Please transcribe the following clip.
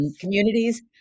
communities